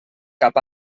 cap